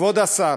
כבוד השר,